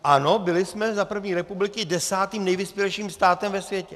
Ano, byli jsme za první republiky desátým nejvyspělejším státem ve světě.